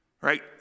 right